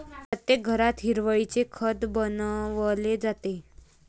प्रत्येक घरात हिरवळीचे खत बनवले जाते